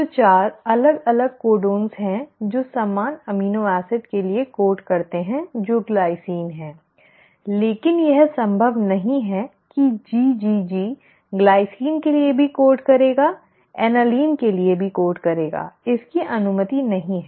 तो 4 अलग अलग कोडन हैं जो समान अमीनो एसिड के लिए कोड करते है जो ग्लाइसिन है लेकिन यह संभव नहीं है कि GGG ग्लाइसीन के लिए भी कोड करेगा ऐलेनिन के लिए भी कोड करेगा इसकी अनुमति नहीं है